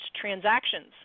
transactions